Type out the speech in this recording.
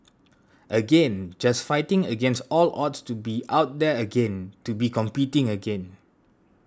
again just fighting against all odds to be out there again to be competing again